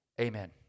amen